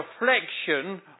reflection